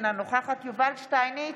אינה נוכחת יובל שטייניץ,